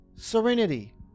serenity